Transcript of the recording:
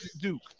Duke